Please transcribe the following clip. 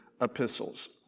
epistles